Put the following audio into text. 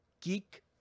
geek